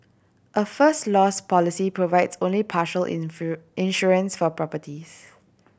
a First Loss policy provides only partial insurance for properties